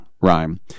rhyme